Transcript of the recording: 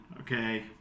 okay